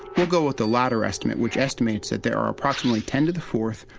we'll go with the latter estimate, which estimates that there are approximately ten to the fourth,